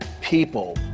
people